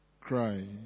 cry